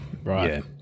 Right